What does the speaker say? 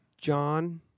John